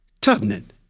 Tubman